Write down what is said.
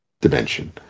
dimension